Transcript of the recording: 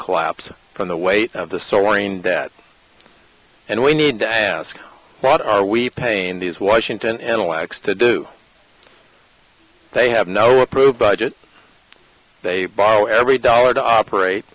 collapse from the weight of the soaring debt and we need to ask what are we paying these washington intellects to do they have no approved budget they borrow every dollar to operate